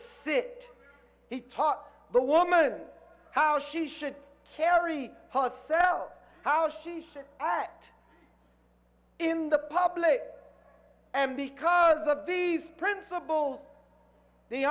sit he taught the woman how she should carry herself how she should act in the public and because of these principles the